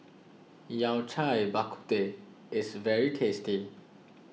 Yao Cai Bak Kut Teh is very tasty